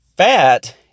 Fat